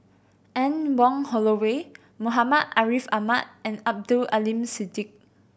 Anne Wong Holloway Muhammad Ariff Ahmad and Abdul Aleem Siddique